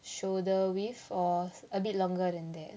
shoulder width or a bit longer than that